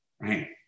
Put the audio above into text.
right